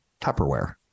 Tupperware